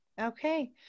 Okay